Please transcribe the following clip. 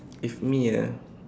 if me ah